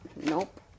nope